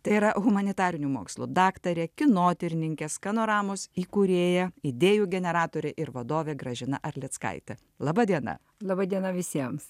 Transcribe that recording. tai yra humanitarinių mokslų daktarė kinotyrininkės panoramos įkūrėja idėjų generatorė ir vadovė gražina arlickaitė laba diena laba diena visiems